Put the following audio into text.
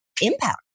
impact